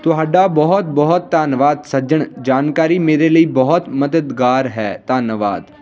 ਤੁਹਾਡਾ ਬਹੁਤ ਬਹੁਤ ਧੰਨਵਾਦ ਸੱਜਣ ਜਾਣਕਾਰੀ ਮੇਰੇ ਲਈ ਬਹੁਤ ਮਦਦਗਾਰ ਹੈ ਧੰਨਵਾਦ